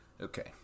Okay